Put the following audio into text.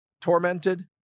tormented